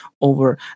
over